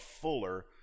fuller